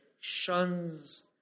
shuns